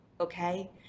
okay